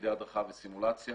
- בתפקידי הדרכה וסימולציה.